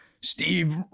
Steve